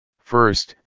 First